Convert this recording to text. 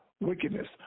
wickedness